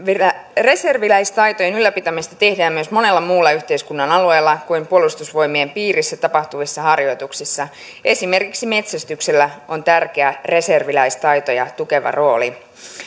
reserviläistaitojen ylläpitämistä tehdään myös monella muulla yhteiskunnan alueella kuin puolustusvoimien piirissä tapahtuvissa harjoituksissa esimerkiksi metsästyksellä on tärkeä reserviläistaitoja tukeva rooli